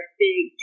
big